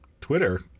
Twitter